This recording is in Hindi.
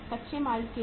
कच्चे माल के लिए